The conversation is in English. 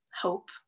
hope